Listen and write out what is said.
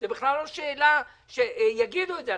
זה בכלל לא שאלה שיגידו את זה.